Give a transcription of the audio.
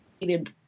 needed